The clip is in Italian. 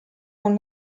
con